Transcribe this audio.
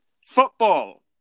Football